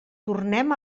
tornem